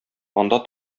анда